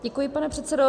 Děkuji, pane předsedo.